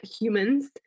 humans